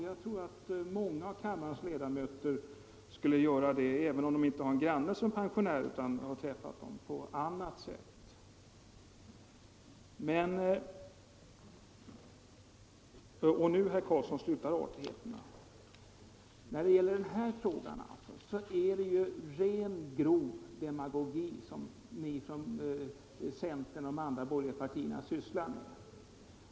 Jag tror att många av kammarens ledamöter skulle kunna göra det, även om de inte har någon granne som är pensionär utan träffar pensionärer på annat sätt. Men — och nu slutar artigheterna, herr Carlsson! — när det gäller den fråga som vi nu diskuterar så är det ren och skär demagogi som ni från centern och de andra borgerliga partierna sysslar med.